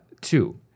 Two